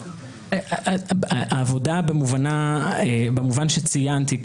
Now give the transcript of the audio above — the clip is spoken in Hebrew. העבודה במובן שציינתי,